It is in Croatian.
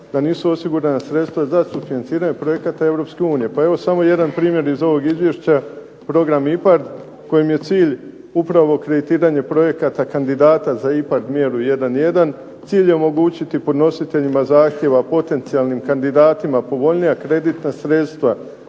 da nisu osigurana sredstva za sufinanciranje projekata Europske unije. Pa evo samo jedan primjer iz ovog izvješća program IPRD kojem je cilj upravo kreditiranje projekata kandidata za IPARD mjeru 1.1 cilj je omogućiti podnositeljima zahtjeva, potencijalnim kandidatima povoljnija kreditna sredstva